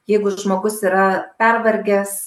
jeigu žmogus yra pervargęs